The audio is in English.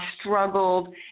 struggled